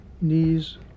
knees